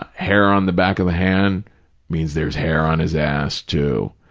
ah hair on the back of the hand means there's hair on his ass, too.